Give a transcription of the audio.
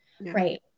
Right